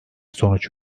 sonuç